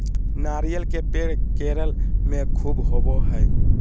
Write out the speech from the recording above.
नारियल के पेड़ केरल में ख़ूब होवो हय